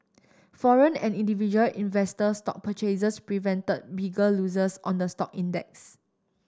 foreign and individual investor stock purchases prevented bigger losses on the stock index